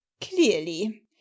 Clearly